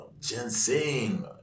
ginseng